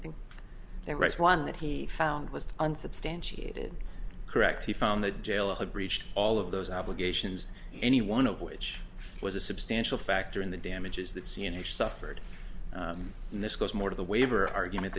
think they read one that he found was unsubstantiated correct he found that jail had reached all of those obligations any one of which was a substantial factor in the damages that c n a suffered and this goes more to the waiver argument